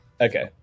Okay